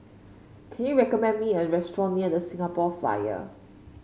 can you recommend me a restaurant near The Singapore Flyer